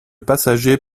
passager